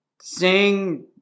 sing